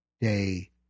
Day